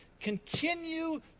continue